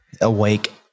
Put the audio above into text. awake